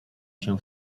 się